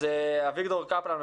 אז אביגדור קפלן,